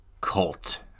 Cult